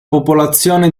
popolazione